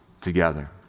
together